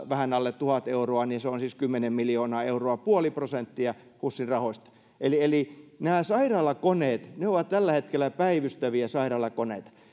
vähän alle tuhannen euron keskihinnalla se on siis kymmenen miljoonaa euroa puoli prosenttia husin rahoista nämä sairaalakoneet ovat tällä hetkellä päivystäviä sairaalakoneita